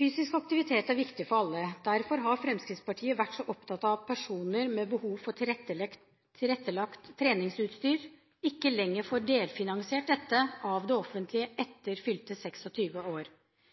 Fysisk aktivitet er viktig for alle. Derfor har Fremskrittspartiet vært så opptatt av at personer med behov for tilrettelagt treningsutstyr, ikke lenger får delfinansiert dette av det offentlige etter fylte 26 år.